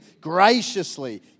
graciously